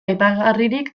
aipagarririk